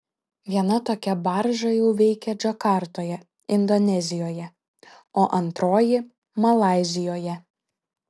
viena tokia barža jau veikia džakartoje indonezijoje o antroji malaizijoje